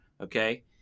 Okay